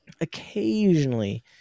Occasionally